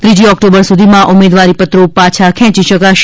ત્રીજી ઓક્ટોબર સુધીમાં ઉમેદવારી પત્રા પાછા ખેંચી શકાશે